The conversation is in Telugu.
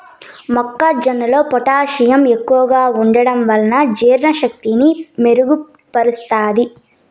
మొక్క జొన్నలో పొటాషియం ఎక్కువగా ఉంటడం వలన జీర్ణ శక్తిని మెరుగు పరుస్తాది